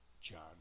John